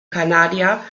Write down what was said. kanadier